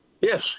Yes